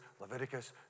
Leviticus